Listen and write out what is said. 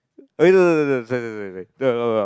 eh no no no no sorry sorry sorry no no no